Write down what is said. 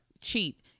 cheap